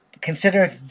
consider